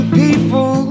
people